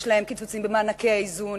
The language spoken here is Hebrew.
יש להן קיצוצים במענקי האיזון,